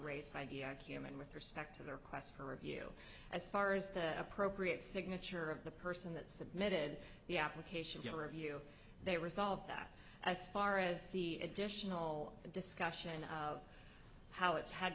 raised by the cumin with respect to their quest for review as far as the appropriate signature of the person that submitted the application to review they resolved that as far as the additional discussion of how it had